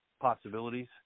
possibilities